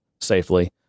safely